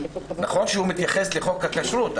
נכון שהוא מתייחס לחוק הכשרות,